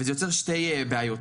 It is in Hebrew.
וזה יוצר שתי בעיות.